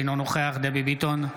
אינו נוכח דבי ביטון,